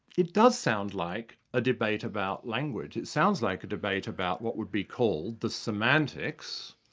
it does sound like a debate about language. it sounds like a debate about what would be called the semantics,